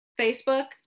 Facebook